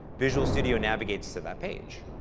visual studio navigates to that page.